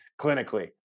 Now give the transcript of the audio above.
clinically